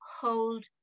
hold